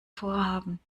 vorhaben